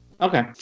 Okay